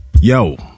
Yo